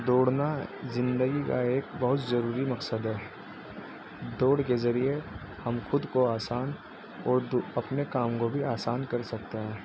دوڑنا زندگی کا ایک بہت ضروری مقصد ہے دوڑ کے ذریعے ہم خود کو آسان اور دو اپنے کام کو بھی آسان کر سکتے ہیں